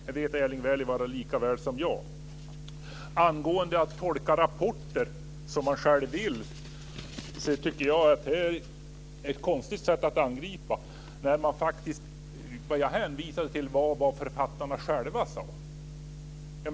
Det vet Erling Wälivaara lika väl som jag. Angående att tolka rapporter som man själv vill tycker jag att man här har ett konstigt angreppssätt. Vad jag hänvisade till var vad författarna själva sade.